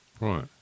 Right